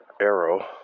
Arrow